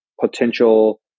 potential